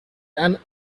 and